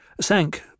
sank